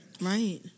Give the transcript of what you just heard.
Right